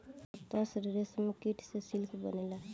ओकर तसर रेशमकीट से सिल्क बनेला